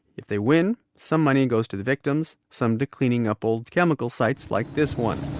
if they win, some money goes to the victims, some to cleaning up old chemical sites like this one.